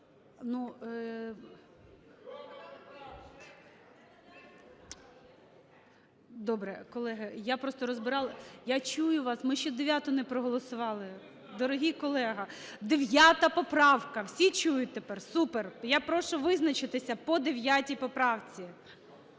залі) Колеги, я просто розбирала, я чую вас. Ми ще 9-у не проголосували. Дорогий колего, 9 поправка. Всі чують тепер? Супер. Я прошу визначитися по 9 поправці.